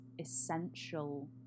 essential